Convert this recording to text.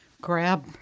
grab